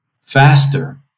faster